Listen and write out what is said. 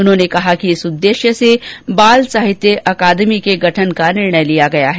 उन्होंने कहा कि इस उद्देश्य से बाल साहित्य अकादमी के गठन का निर्णय लिया गया है